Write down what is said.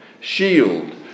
Shield